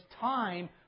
time